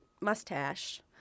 mustache